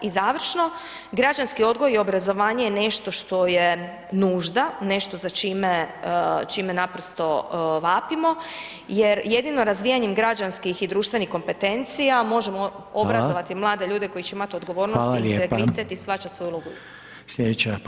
I završno, građanski odgoj i obrazovanje je nešto što je nužda, nešto za čime, naprosto, vapimo, jer jedino razvijanjem građanskim i društvenih kompetencija, možemo obrazovati mlade ljude koji će imati odgovornost, integritet i shvaćati svoju ulogu.